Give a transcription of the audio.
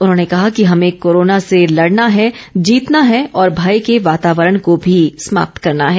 उन्होंने कहा कि हमें कोरोना से लड़ना है जीतना है और भय के वातावरण को भी समाप्त करना है